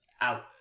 out